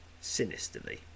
sinisterly